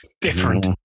different